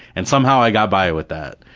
and somehow i got by with that.